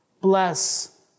bless